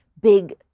big